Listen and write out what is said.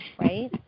right